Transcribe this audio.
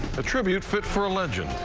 a tribute fit for a legend.